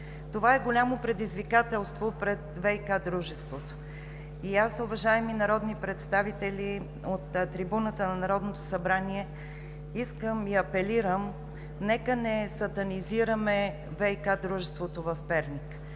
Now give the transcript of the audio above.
Това е голямо предизвикателство пред ВиК дружеството и аз, уважаеми народни представители, от трибуната на Народното събрание искам и апелирам – нека не сатанизираме ВиК дружеството в Перник.